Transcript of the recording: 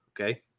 okay